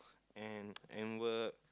and and work